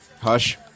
Hush